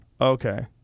Okay